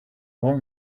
want